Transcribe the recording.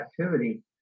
activity